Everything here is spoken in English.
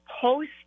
post